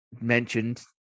mentioned